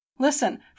Listen